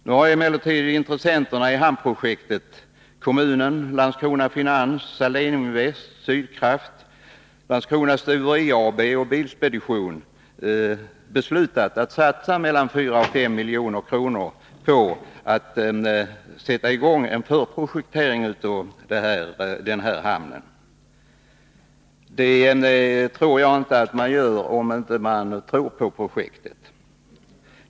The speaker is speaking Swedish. Nu har intressenterna i hamnprojektet, nämligen kommunen, Landskrona Finans, Saléninvest, Sydkraft, Landskronas Stuveri AB och Bilspedition beslutat att satsa mellan 4 och 5 milj.kr. på att sätta i gång nämnda förprojektering. Något sådant gör man inte om man inte tror på projektet.